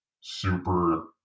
super